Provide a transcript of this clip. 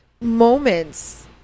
moments